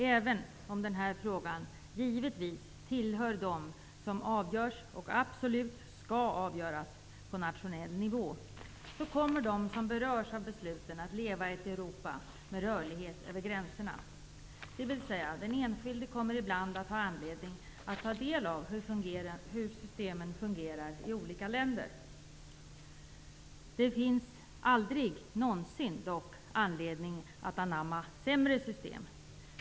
Även om denna fråga givetvis tillhör dem som avgörs och absolut skall avgöras på nationell nivå, kommer de som berörs av besluten att leva i ett Europa med rörlighet över gränserna, dvs. den enskilde kommer ibland att ha anledning att ta del av hur systemen fungerar i olika länder. Det finns dock aldrig någonsin anledning att anamma ett sämre system.